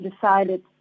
decided